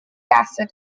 acid